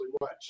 watch